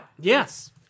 yes